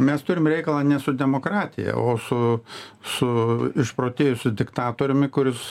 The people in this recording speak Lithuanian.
mes turim reikalą ne su demokratija o su su išprotėjusiu diktatoriumi kuris